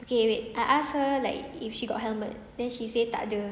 okay wait I ask her like if she got helmet then she said tak ada